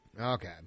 Okay